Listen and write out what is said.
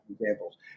examples